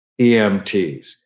EMTs